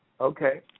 Okay